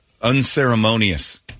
unceremonious